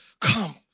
Come